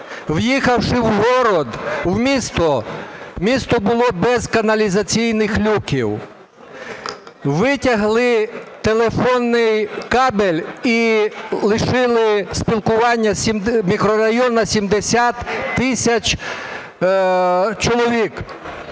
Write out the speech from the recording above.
в город, в місто, місто було без каналізаційних люків. Витягли телефонний кабель і лишили спілкування мікрорайон на 70 тисяч чоловік.